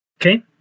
Okay